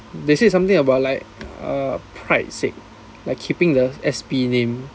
they said something about like err pride sake like keeping the S_P name